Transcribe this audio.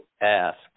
ask